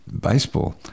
baseball